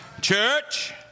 Church